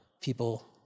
people